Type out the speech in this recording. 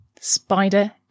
spider